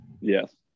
Yes